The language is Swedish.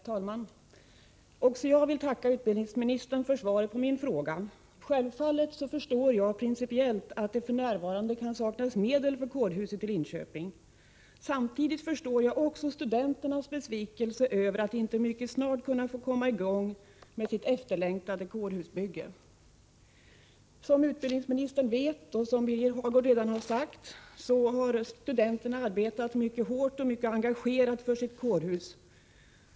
Herr talman! Också jag vill tacka utbildningsministern för svaret. Självfallet förstår jag principiellt att det f.n. kan saknas medel till kårhuset i Linköping. Samtidigt förstår jag studenternas besvikelse över att inte mycket snart kunna få komma i gång med sitt efterlängtade kårhusbygge. Som utbildningsministern vet och som Birger Hagård redan sagt har studenterna arbetat mycket hårt och engagerat för sitt kårhus.